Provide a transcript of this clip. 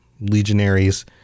legionaries